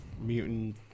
mutant